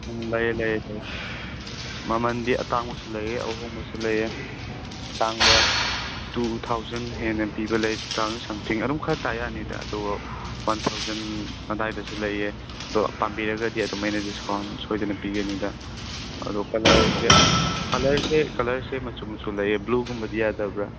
ꯎꯝ ꯂꯩꯑꯦ ꯂꯩꯑꯦ ꯂꯩꯑꯦ ꯃꯃꯟꯗꯤ ꯑꯇꯥꯡꯕꯁꯨ ꯂꯩꯑꯦ ꯑꯍꯣꯡꯕꯁꯨ ꯂꯩꯑꯦ ꯑꯇꯥꯡꯕ ꯇꯨ ꯊꯥꯎꯖꯟ ꯍꯦꯟꯅ ꯄꯤꯕ ꯂꯩ ꯇꯨ ꯊꯥꯎꯖꯟ ꯁꯝꯊꯤꯡ ꯑꯗꯨꯝ ꯈꯔ ꯇꯥ ꯌꯥꯅꯤꯗ ꯑꯗꯨꯒ ꯋꯥꯟ ꯊꯥꯎꯖꯟ ꯑꯗꯥꯏꯗꯁꯨ ꯂꯩꯑꯦ ꯑꯗꯣ ꯄꯥꯝꯕꯤꯔꯒꯗꯤ ꯑꯗꯨ ꯑꯩꯅ ꯗꯤꯁꯀꯥꯎꯟ ꯁꯣꯏꯗꯅ ꯄꯤꯒꯅꯤꯗ ꯑꯗꯣ ꯀꯂꯔꯁꯦ ꯀꯂꯔꯁꯦ ꯀꯂꯔꯁꯦ ꯃꯆꯨ ꯃꯆꯨ ꯂꯩꯑ ꯕ꯭ꯂꯨꯒꯨꯝꯕꯗꯤ ꯌꯥꯗꯕ꯭ꯔꯥ